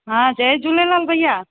हा जय झूलेलाल भैया